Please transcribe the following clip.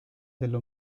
della